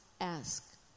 Ask